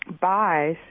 buys